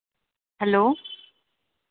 hello